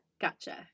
Gotcha